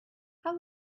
how